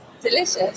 delicious